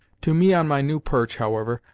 to me on my new perch, however,